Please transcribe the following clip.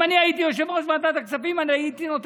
אם אני הייתי יושב-ראש ועדת הכספים,